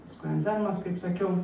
paskui anzelmas kaip sakiau